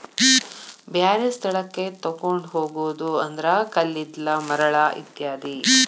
ಬ್ಯಾರೆ ಸ್ಥಳಕ್ಕ ತುಗೊಂಡ ಹೊಗುದು ಅಂದ್ರ ಕಲ್ಲಿದ್ದಲ, ಮರಳ ಇತ್ಯಾದಿ